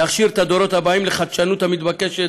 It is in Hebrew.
ולהכשיר את הדורות הבאים לחדשנות המתבקשת,